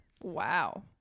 Wow